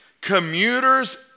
commuters